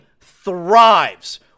thrives